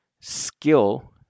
skill